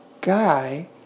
guy